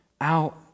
out